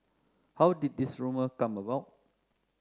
how did this rumour come about